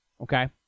okay